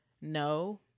no